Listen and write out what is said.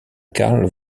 carl